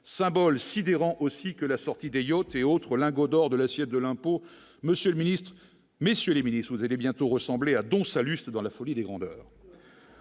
symbole sidérant aussi que la sortie d'et autres lingots d'or de l'assiette de l'impôt, monsieur le Ministre, messieurs les milices, vous allez bientôt ressembler à Don Salluste dans la folie des grandeurs